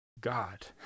God